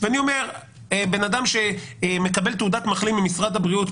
ואני אומר בן אדם שמקבל תעודת מחלים ממשרד הבריאות,